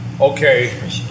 okay